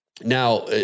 Now